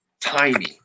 tiny